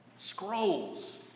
Scrolls